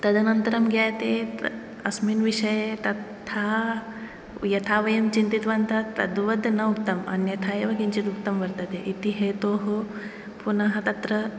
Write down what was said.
तदनन्तरं ज्ञायते अस्मिन् विषये तथा यथा वयं चिन्तितवन्तः तद्वत् न उक्तं अन्यथा एव किञ्चित् उक्तं वर्तते इति हेतोः पुनः तत्र